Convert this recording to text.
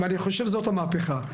ואני חושב שזאת המהפכה,